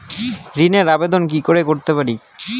ঋণের আবেদন কি করে করতে হয়?